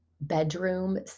bedroom